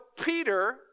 Peter